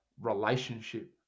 relationship